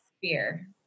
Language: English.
fear